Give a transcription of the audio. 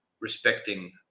respecting